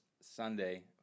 Sunday